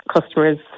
customers